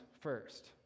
first